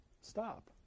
stop